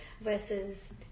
versus